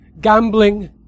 gambling